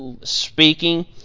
speaking